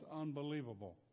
unbelievable